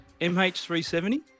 MH370